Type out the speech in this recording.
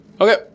Okay